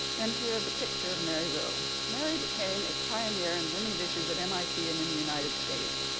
and here is a picture of mary rowe. mary became a pioneer in women's issues at mit and in the united states.